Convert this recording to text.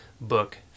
book